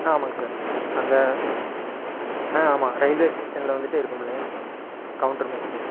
ஆமாம்ங்க சார் அந்த ஆ ஆமாம் ரயில்வே ஸ்டேஷனில் வந்துவிட்டு இருக்கும்லே கவுன்ட்ரு மெஸ்ஸு